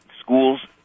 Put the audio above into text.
schools